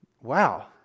Wow